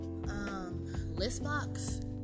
listbox